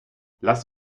lass